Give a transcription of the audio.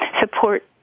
support